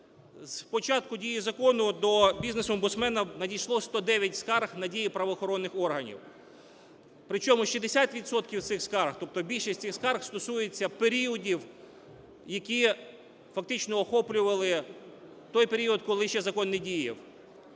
підприємці до Офісу бізнес-омбудсмена, надійшло 109 скарг на дії правоохоронних органів. Причому 60 відсотків цих скарг, тобто більшість цих скарг, стосуються періодів, які фактично охоплювали той період, коли ще закон не діяв.